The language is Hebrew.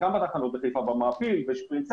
שזה גז חממה חריף פי 86